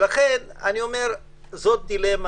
זאת דילמה